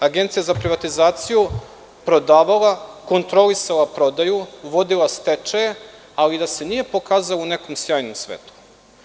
Agencija za privatizaciju prodavala, kontrolisala prodaju, uvodila stečaje, ali da se nije pokazala u nekom sjajnom svetlu.